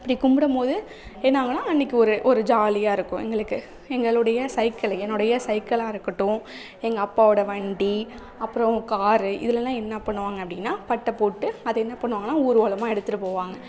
இப்படி கும்பிடும்மோது என்னாகுன்னா அன்னைக்கு ஒரு ஒரு ஜாலியாக இருக்கும் எங்களுக்கு எங்களுடைய சைக்கிள் என்னுடைய சைக்கிளா இருக்கட்டும் எங்கள் அப்பாவோட வண்டி அப்புறம் காரு இதுலல்லாம் என்ன பண்ணுவாங்க அப்படின்னா பட்டை போட்டு அதை என்ன பண்ணுவாங்கன்னா ஊர்வலமாக எடுத்துகிட்டுப் போவாங்க